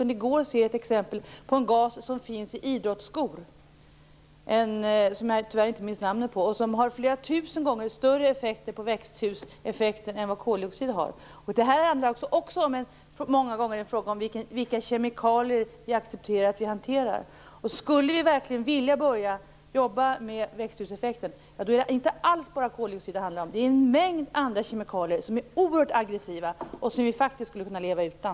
Den påverkas t.ex. av en gas som finns i idrottsskor men vars namn jag tyvärr inte minns. Den har flera tusen gånger större inverkan på växthuseffekten än vad koldioxid har. Det är många gånger fråga om vilka kemikalier vi accepterar en hantering med. Skulle vi verkligen vilja börja jobba med växthuseffekten, skall vi inte alls bara inrikta oss på koldioxid utan på en mängd olika kemikalier som är oerhört aggressiva och som vi faktiskt skulle kunna leva utan.